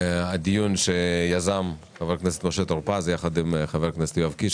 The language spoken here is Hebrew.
דיון שיזם חבר הכנסת משה טור פז יחד עם חבר הכנסת יואב קיש.